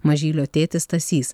mažylio tėtis stasys